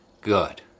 Good